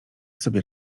sobie